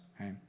okay